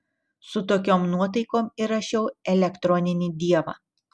su tokiom nuotaikom įrašiau elektroninį dievą